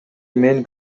мен